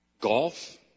Golf